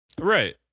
Right